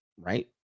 right